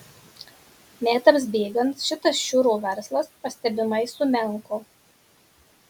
metams bėgant šitas šiurio verslas pastebimai sumenko